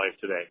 today